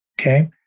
okay